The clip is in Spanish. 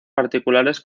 particulares